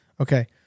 okay